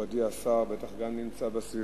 תודה רבה לך, מכובדי השר, בטח גם נמצא בסביבה,